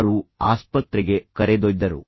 ಅವರು ಆಸ್ಪತ್ರೆಗೆ ಕರೆದೊಯ್ದರು